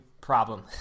problem